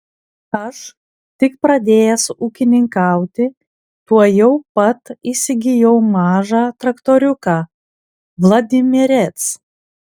aš tik pradėjęs ūkininkauti tuojau pat įsigijau mažą traktoriuką vladimirec